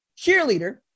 cheerleader